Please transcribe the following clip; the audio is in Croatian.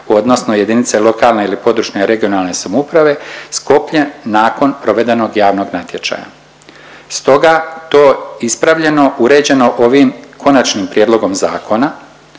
odnosno jedinice lokalne ili područne regionalne samouprave sklopljen nakon provedenog javnog natječaja. Stoga to ispravljeno, uređeno ovim konačnim prijedlogom zakona